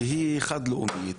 חד-לאומית,